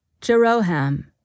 Jeroham